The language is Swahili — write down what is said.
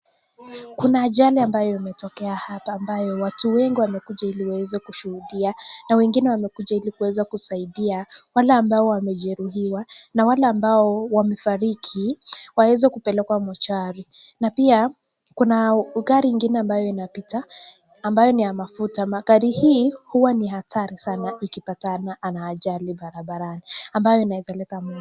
Kuna ajali ambayo imetokea hapa, ambayo watu wengi wamekuja ili waeze kushuhudia, na wengine wamekuja ili kuweza kusaidia wale ambao wamejeruhiwa na wale ambao wamefariki, waeze kupelekwa mochari. Na pia kuna gari ingine ambayo inapita ambayo ni ya mafuta. Magari hii huwa ni hatari sana, ikipatana na ajali barabarani ambayo inaeza leta moto.